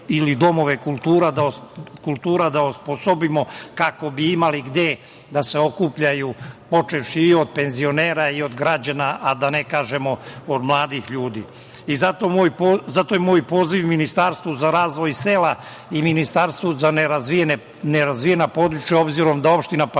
ili domove kultura da osposobimo kako bi imali gde da se okupljaju, počevši i od penzionera i od građana, a da ne kažemo od mladih ljudi. Zato je moj poziv Ministarstvu za razvoj sela i Ministarstvu za nerazvijena područja, obzirom da opština Pantelej